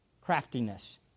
craftiness